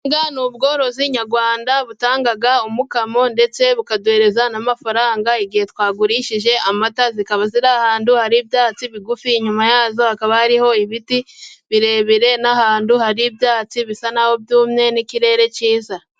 Inka ni ubworozi nyarwanda butanga umukamo，ndetse bukaduhereza n'amafaranga igihe twagurishije amata，zikaba ziri ahantu hari ibyatsi bigufi，inyuma yazo hakaba hariho ibiti birebire，n'ahantu hari ibyatsi bisa naho byumye n'ikirere cyiza.